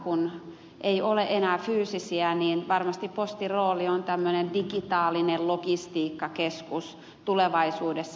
kun ei ole enää fyysisiä niin varmasti postin rooli on tämmöinen digitaalinen logistiikkakeskus tulevaisuudessa